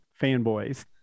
Fanboys